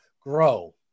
grow